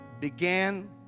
began